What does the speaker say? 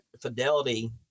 Fidelity